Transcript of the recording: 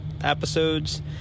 episodes